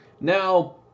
Now